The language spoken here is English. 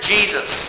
Jesus